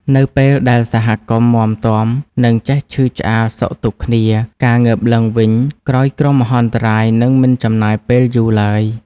នៅពេលដែលសហគមន៍មាំទាំ និងចេះឈឺឆ្អាលសុខទុក្ខគ្នា ការងើបឡើងវិញក្រោយគ្រោះមហន្តរាយនឹងមិនចំណាយពេលយូរឡើយ។